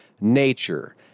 nature